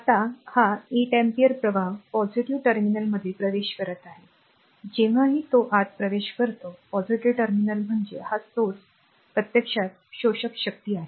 आता हा 8 अँपिअर प्रवाह पॉझिटिव्ह टर्मिनलमध्ये प्रवेश करत आहे जेव्हाही तो आत प्रवेश करतो पॉझिटिव्ह टर्मिनल म्हणजे हा स्रोत प्रत्यक्षात शोषक शक्ती आहे